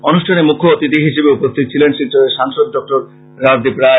অনুষ্ঠানে মুখ্য অতিথি হিসেবে উপস্থিত ছিলেন শিলচরের সাংসদ ডাঃ রাজদীপ রায়